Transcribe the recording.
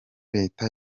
leta